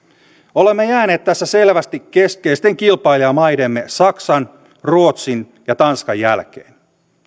olemme jääneet tässä selvästi keskeisten kilpailijamaidemme saksan ruotsin ja tanskan jälkeen